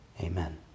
Amen